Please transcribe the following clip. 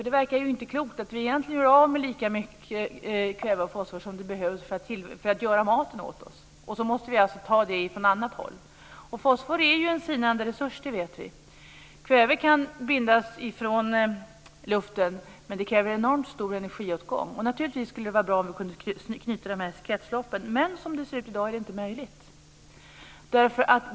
Det verkar ju inte klokt att vi gör av med lika mycket kväve och fosfor som behövs för att göra maten åt oss, och att vi sedan måste ta det från annat håll! Vi vet att fosfor är en sinande resurs. Kväve kan bindas från luften, men det kräver en enormt stor energiåtgång. Naturligtvis skulle det vara bra om vi kunde knyta detta till kretsloppet, men som det ser ut i dag är inte det möjligt.